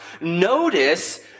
Notice